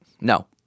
No